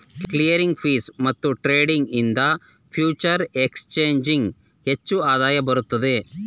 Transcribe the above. clearing fees ಮತ್ತು trading ಇಂದ ಫ್ಯೂಚರೆ ಎಕ್ಸ್ ಚೇಂಜಿಂಗ್ ಹೆಚ್ಚು ಆದಾಯ ಬರುತ್ತದೆ